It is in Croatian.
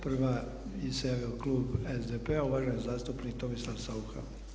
Prvi se javio klub SDP-a, uvaženi zastupnik Tomislav Saucha.